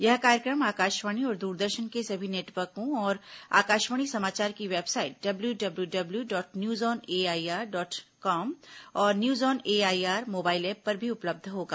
यह कार्यक्रम आकाशवाणी और दूरदर्शन के सभी नेटवर्कों पर और आकाशवाणी समाचार की website W W W dot news on AIR dot com और news on AIR mobile app पर भी उपलब्ध होगा